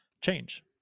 change